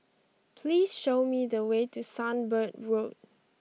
please show me the way to Sunbird Road